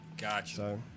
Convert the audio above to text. Gotcha